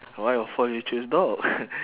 why of all you choose dog